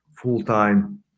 full-time